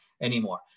anymore